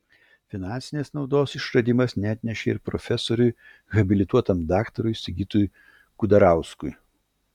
finansinės naudos išradimas neatnešė ir profesoriui habilituotam daktarui sigitui kudarauskui